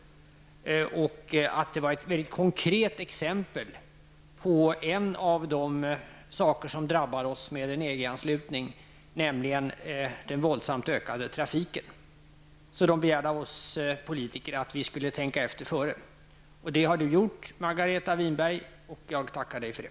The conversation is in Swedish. Den var ett konkret exempel på en av de saker som drabbar Sverige med en EG-anslutning, nämligen den våldsamt ökade trafiken. Demonstranterna begärde av oss politiker att tänka efter före. Det har Margareta Winberg gjort, och jag tackar henne för det.